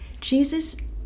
Jesus